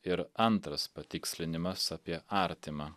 ir antras patikslinimas apie artimą